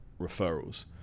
referrals